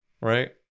right